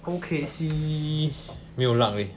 O_K_C 没有 luck leh